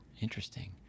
Interesting